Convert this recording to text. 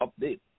update